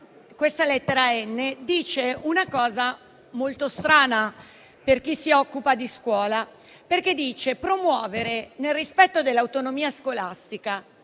questa lettera *n)* stabilisce una cosa molto strana per chi si occupa di scuola, perché parla di promuovere, nel rispetto dell'autonomia scolastica,